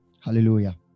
Hallelujah